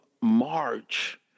March